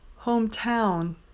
hometown